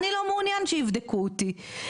אני לא מעוניין שיבדקו אותי,